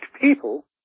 people